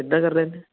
ਇੱਦਾਂ ਕਰਦੇ ਨੇ